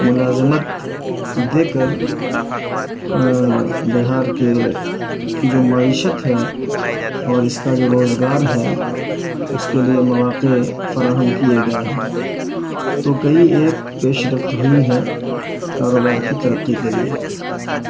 ملازمت دے کر بہار کے کی جو معیشت ہے اور اس کا جو روزگار ہے اس کے لیے مواقع فراہم کیے گئے ہیں تو کئی ایک پیش رفت ہوئی ہیں کاروبار کی ترقی کے لیے